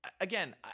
again